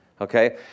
okay